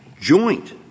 joint